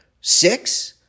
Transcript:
Six